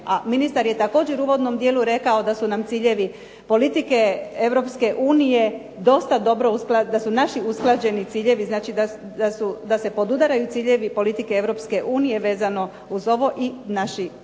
ministar je također u uvodnom dijelu rekao da su nam ciljevi politike Europske unije dosta dobro, da su naši usklađeni ciljevi. Znači da se podudaraju ciljevi politike Europske unije vezano uz ovo i naši